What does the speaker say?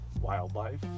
wildlife